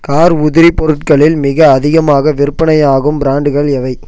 car உதிரி பொருட்களில் மிக அதிகமாக விற்பனையாகும் ப்ராண்டுகள் எவை